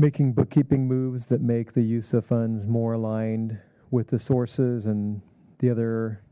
making bookkeeping moves that make the use of funds more aligned with the sources and the other